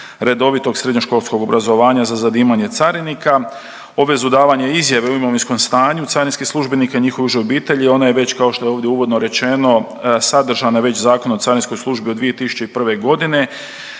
redovitog srednjoškolskog obrazovanja za zanimanje carinika, obvezu davanja izjave o imovinskom stanju carinskih službenika i njihove uže obitelji. Ona je već kao što je ovdje uvodno rečeno sadržana već Zakon o carinskoj službi od 2001. godine,